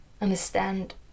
understand